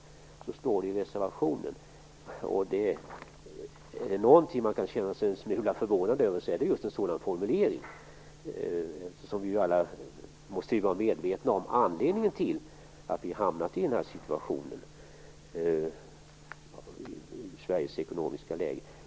Finns det någonting man kan känna sig förvånad över så är det just en sådan formulering. Alla måste ju vara medvetna om anledningen till att vi hamnat i den här situationen för Sveriges ekonomi.